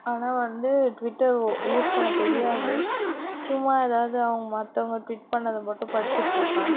ஆனால் வந்து Twitter use பண்ணத் தெரியாது சும்மா எதாவது அவங்க மற்றவங்க ட்விட் பண்ணதை மட்டும் படிச்சுட்டு இருப்பேன்